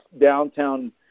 downtown